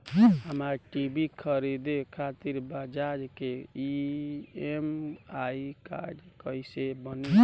हमरा टी.वी खरीदे खातिर बज़ाज़ के ई.एम.आई कार्ड कईसे बनी?